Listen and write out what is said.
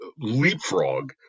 leapfrog